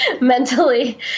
mentally